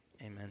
Amen